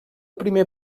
primer